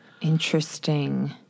Interesting